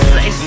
Say